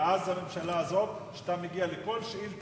ידוע מאז כינון הממשלה הזאת שאתה מגיע לכל שאילתא.